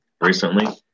Recently